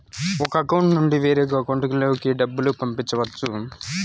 ఒక అకౌంట్ నుండి వేరొక అకౌంట్ లోకి డబ్బులు పంపించవచ్చు